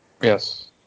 Yes